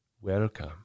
welcome